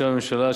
בשם הממשלה,